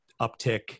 uptick